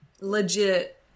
legit